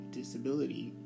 disability